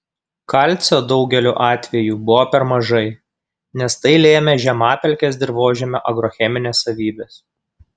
kalcio daugeliu atvejų buvo per mažai nes tai lėmė žemapelkės dirvožemio agrocheminės savybės